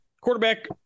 Quarterback